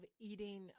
eating